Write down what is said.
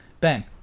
Ben